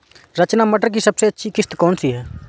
रचना मटर की सबसे अच्छी किश्त कौन सी है?